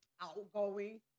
outgoing